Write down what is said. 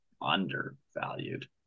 undervalued